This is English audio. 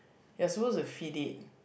you're suppose to feed it